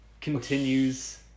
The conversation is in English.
continues